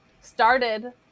started